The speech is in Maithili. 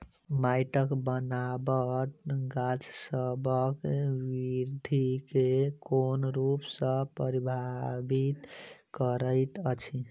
माइटक बनाबट गाछसबक बिरधि केँ कोन रूप सँ परभाबित करइत अछि?